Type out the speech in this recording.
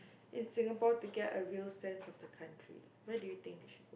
in Singapore to get a real sense of the country where do you think they should